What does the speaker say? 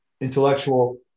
intellectual –